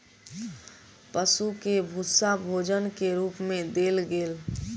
पशु के भूस्सा भोजन के रूप मे देल गेल